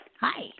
Hi